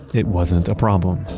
it wasn't a problem.